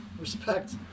respect